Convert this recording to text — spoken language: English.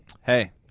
Hey